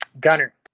Gunner